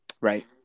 right